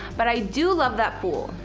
but i do love that pool.